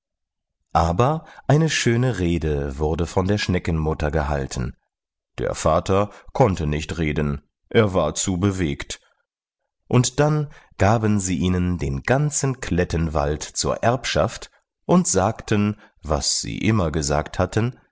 aber eine schöne rede wurde von der schneckenmutter gehalten der vater konnte nicht reden er war zu bewegt und dann gaben sie ihnen den ganzen klettenwald zur erbschaft und sagten was sie immer gesagt hatten